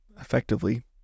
effectively